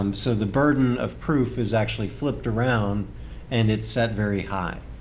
um so the burden of proof is actually flipped around and it's set very high.